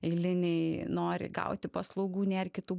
eiliniai nori gauti paslaugų nėr kitų